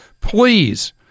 Please